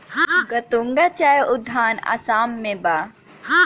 गतूंगा चाय उद्यान आसाम में बा